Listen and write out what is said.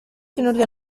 καινούριο